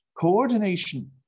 Coordination